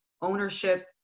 ownership